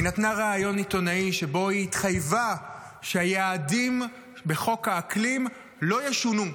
היא נתנה ריאיון עיתונאי שבו התחייבה שהיעדים בחוק האקלים לא ישונו,